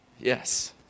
Yes